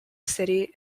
city